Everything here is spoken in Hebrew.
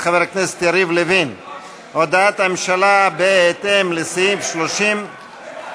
חברי הכנסת, הודעת הממשלה בהתאם לסעיף 31(ב)